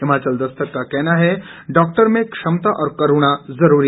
हिमाचल दस्तक का कहना है डाक्टर में क्षमता और करूणा जरूरी